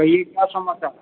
कहिए क्या समाचार है